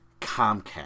Comcast